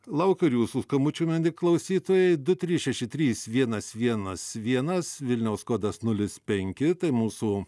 laukiu ir jūsų skambučių medi klausytojai du trys šeši trys vienas vienas vienas vilniaus kodas nulis penki tai mūsų